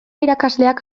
irakasleak